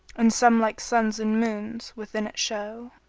and some like suns and moons within it show.